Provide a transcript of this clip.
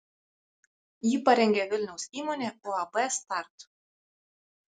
jį parengė vilniaus įmonė uab start